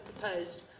proposed